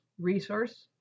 resource